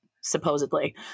supposedly